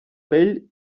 pell